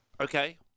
Okay